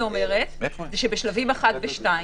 בשלבים 1 ו-2,